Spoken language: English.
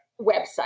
website